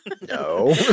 no